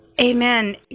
Amen